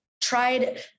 tried